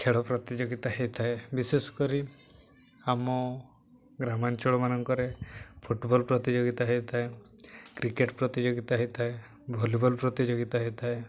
ଖେଳ ପ୍ରତିଯୋଗିତା ହେଇଥାଏ ବିଶେଷ କରି ଆମ ଗ୍ରାମାଞ୍ଚଳ ମାନଙ୍କରେ ଫୁଟବଲ ପ୍ରତିଯୋଗିତା ହେଇଥାଏ କ୍ରିକେଟ ପ୍ରତିଯୋଗିତା ହେଇଥାଏ ଭଲିବଲ ପ୍ରତିଯୋଗିତା ହେଇଥାଏ